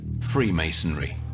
Freemasonry